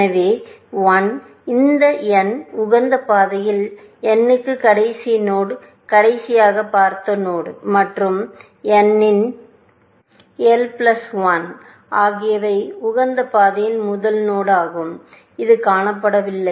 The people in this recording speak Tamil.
எனவே l இன் n உகந்த பாதையில் n க்கு கடைசி நோடு கடைசியாக பார்த்த நோடு மற்றும் n இன் l பிளஸ் ஒன் ஆகியவை உகந்த பாதையில் முதல் நோடு ஆகும் இது காணப்படவில்லை